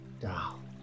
down